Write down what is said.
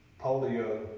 polio